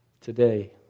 Today